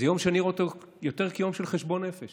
זה יום שאני רואה אותו יותר כיום של חשבון נפש.